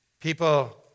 People